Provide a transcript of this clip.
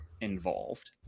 involved